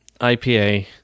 IPA